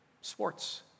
sports